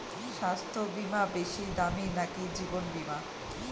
স্বাস্থ্য বীমা বেশী দামী নাকি জীবন বীমা?